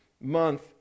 month